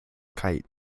kite